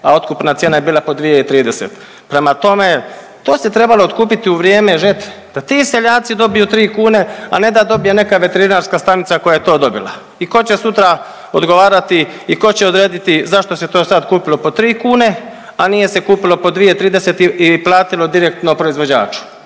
a otkupna cijena je bila 2,30 prema tome, to se trebalo otkupiti u vrijeme žetve, da ti seljaci dobiju 3 kune, a ne da dobije neka veterinarska stanica koja je to dobila i tko će sutra odgovarati i tko će odrediti zašto se to sad kupilo po 3 kune, a nije se kupilo po 2,3 i platilo direktno proizvođaču.